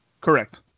Correct